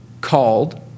called